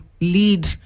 lead